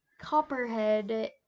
Copperhead